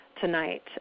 Tonight